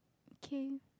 K